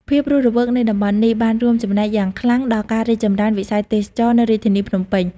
ភាពរស់រវើកនៃតំបន់នេះបានរួមចំណែកយ៉ាងខ្លាំងដល់ការរីកចម្រើនវិស័យទេសចរណ៍នៅរាជធានីភ្នំពេញ។